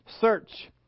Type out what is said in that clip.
Search